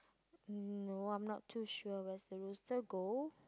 no I'm not to sure where's the rooster go